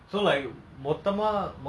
then among them the